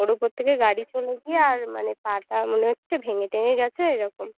ওর ওপর থেকে গাড়ি চলে গিয়ে আর মানে পা টা মনে হচ্ছে ভেঙে টেঙে গেছে ওই রকম